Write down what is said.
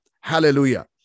Hallelujah